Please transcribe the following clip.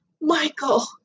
Michael